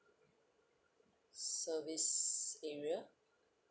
service area